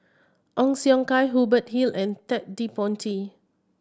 Ong Siong Kai Hubert Hill and Ted De Ponti